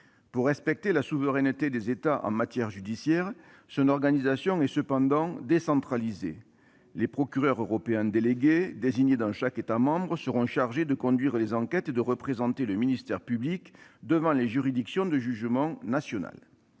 de respecter la souveraineté des États en matière judiciaire, son organisation est cependant décentralisée : les procureurs européens délégués, désignés dans chaque État membre, seront chargés de conduire les enquêtes et de représenter le ministère public devant les juridictions de jugement nationales.